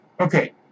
Okay